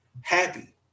happy